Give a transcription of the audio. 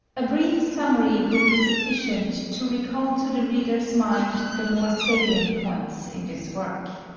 a brief summary will be sufficient to recall to the reader's mind the more salient points in this work.